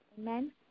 Amen